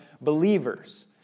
believers